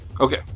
Okay